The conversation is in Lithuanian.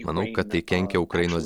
manau kad tai kenkia ukrainos